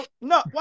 No